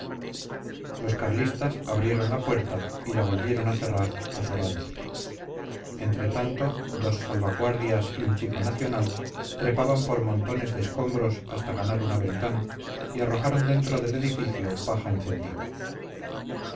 los carlistas abrieron la puerta y la volvieron a cerrar azorados entre tanto dos salvaguardias y un chico nacional trepaban por montones de escombros hasta ganar una ventana y arrojaron dentro del edificio paja encendida